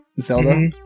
Zelda